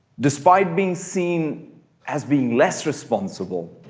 despite being seen as being less responsible,